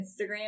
Instagram